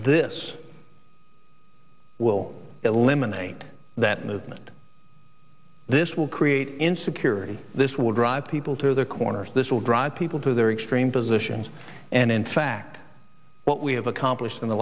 this will eliminate that movement this will create insecurity this will drive people to their corners this will drive people to their extreme positions and in fact what we have accomplished in the